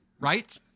right